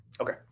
Okay